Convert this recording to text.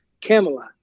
Camelot